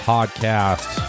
Podcast